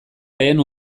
lehen